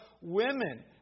women